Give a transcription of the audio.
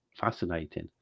fascinating